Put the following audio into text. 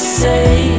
say